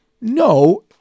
No